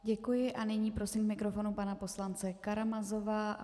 Děkuji a nyní prosím k mikrofonu pana poslance Karamazova.